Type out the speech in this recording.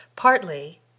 Partly